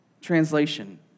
translation